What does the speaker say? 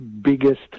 biggest